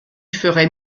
ferais